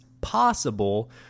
possible